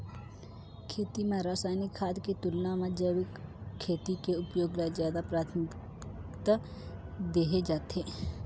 खेती म रसायनिक खाद के तुलना म जैविक खेती के उपयोग ल ज्यादा प्राथमिकता देहे जाथे